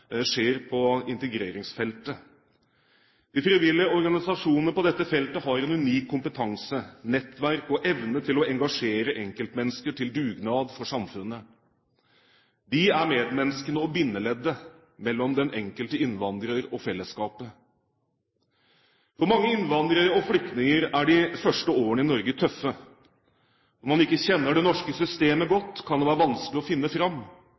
skjer på integreringsfeltet. De frivillige organisasjonene på dette feltet har en unik kompetanse, et nettverk og en evne til å engasjere enkeltmennesker til dugnad for samfunnet. De er medmenneskene og bindeleddet mellom den enkelte innvandrer og fellesskapet. For mange innvandrere og flyktninger er de første årene i Norge tøffe. Når man ikke kjenner det norske systemet godt, kan det være vanskelig å finne fram.